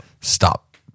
stop